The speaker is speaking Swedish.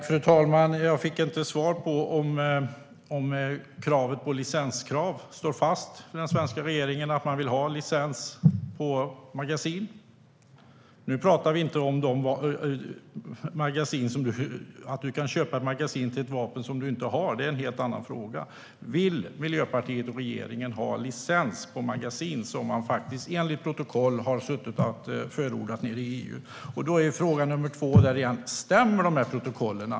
Fru talman! Jag fick inte svar på om licenskravet står fast hos den svenska regeringen, det vill säga krav på licens för vapenmagasin. Nu pratar vi inte om att köpa magasin till ett vapen som du inte har. Det är en helt annan fråga. Vill Miljöpartiet och regeringen införa licenskrav på vapenmagasin, som man enligt protokoll förordat i EU? Stämmer protokollen?